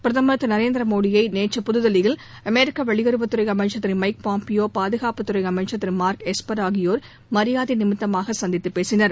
பிரதமர் திரு நரேந்திர மோடியை நேற்று புதுதில்லியில் அமெரிக்க வெளியுறவுத்துறை அமைச்சர் திரு மைக் பாம்பியோ பாதுகாப்புத்துறை அமைச்சர் திரு மார்க் எஸ்பர் ஆகியோர் மரியாதை நிமித்தமாக சந்தித்துப் பேசினர்